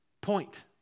point